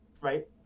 right